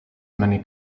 many